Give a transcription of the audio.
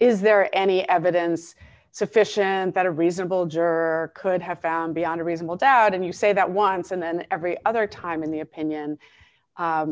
is there any evidence sufficient that a reasonable juror could have found beyond a reasonable doubt and you say that once and then every other time in the opinion